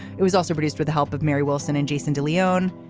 it was also produced with the help of mary wilson and jason de leon.